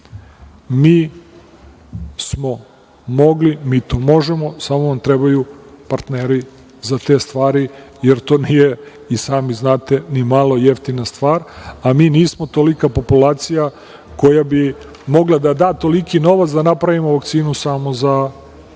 Mi smo mogli, mi to možemo samo nam trebaju partneri za te stvari, jer to nije, i sami znate, ni malo jeftina stvar, a mi nismo tolika populacija koja bi mogla da da toliki novac da napravimo vakcinu samo za Srbiju